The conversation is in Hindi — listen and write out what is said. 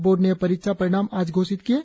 बोर्ड ने यह परीक्षा परिणाम आज घोषित किये